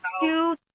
two